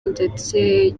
ndetse